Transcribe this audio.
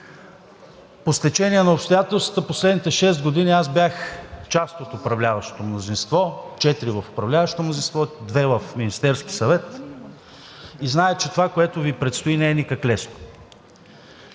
По стечение на обстоятелствата в последните шест години аз бях част от управляващото мнозинство – четири в управляващото мнозинство, две в Министерския съвет, и зная, че това, което Ви предстои, не е никак лесно.